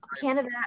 Canada